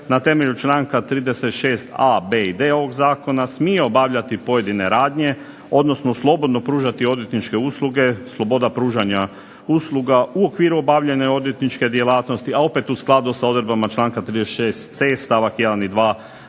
na temelju članka 36.a, b i d smije obavljati pojedine radnje odnosno slobodno pružati odvjetničke usluge, sloboda pružanja usluga u okviru obavljene odvjetničke djelatnosti a opet u skladu sa članka 36.c stavak 1. i 2.